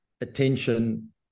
attention